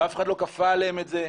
ואף אחד לא כפה עליהם את זה.